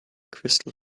crystal